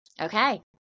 Okay